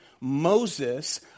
Moses